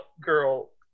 girl